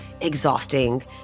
exhausting